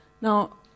Now